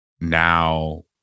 now